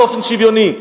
באופן שוויוני.